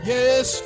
Yes